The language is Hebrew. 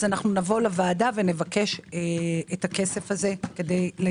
אנחנו נבוא לוועדה ונבקש את הכסף הזה לצורך פרויקט הבנייה.